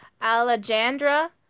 Alexandra